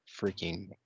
freaking